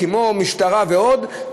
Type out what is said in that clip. כמו משטרה ועוד,